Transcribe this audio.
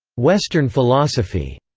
western philosophy.